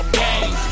game